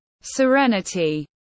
serenity